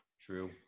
True